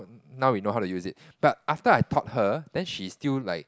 now we know how to use it but after I taught her then she still like